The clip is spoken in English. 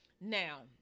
Now